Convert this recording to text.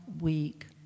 week